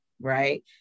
right